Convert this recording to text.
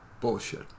Bullshit